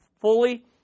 fully